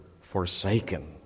forsaken